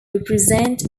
represent